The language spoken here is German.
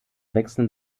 wechseln